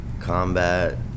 combat